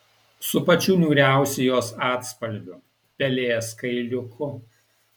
su pačiu niūriausiu jos atspalviu pelės kailiuku